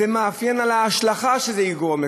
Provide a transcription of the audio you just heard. זה מאפיין של ההשלכה שזה יגרום: